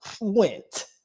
went